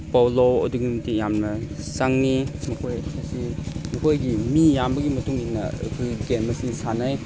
polo ꯑꯗꯨꯛꯀꯤ ꯃꯇꯤꯛ ꯌꯥꯝꯅ ꯆꯪꯏ ꯃꯈꯣꯏ ꯑꯁꯤ ꯃꯈꯣꯏꯒꯤ ꯃꯤ ꯌꯥꯝꯕꯒꯤ ꯃꯇꯨꯡ ꯏꯟꯅ ꯑꯩꯈꯣꯏꯒꯤ ꯒꯦꯝ ꯑꯁꯤ ꯁꯥꯟꯅꯩ